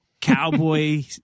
cowboy